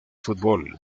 fútbol